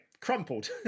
crumpled